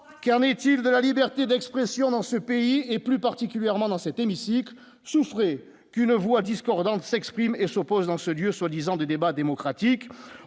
car, est-il de la liberté d'expression dans ce pays, et plus particulièrement dans cet hémicycle qu'une voix discordante s'expriment et s'opposent dans ce lieu soi-disant du débat démocratique,